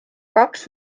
kaks